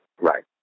Right